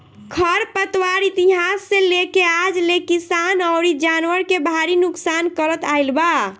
खर पतवार इतिहास से लेके आज ले किसान अउरी जानवर के भारी नुकसान करत आईल बा